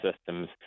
systems